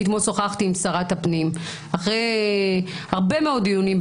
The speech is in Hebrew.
שוחחתי אתמול עם שרת הפנים אחרי הרבה מאוד דיונים,